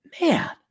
Man